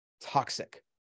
toxic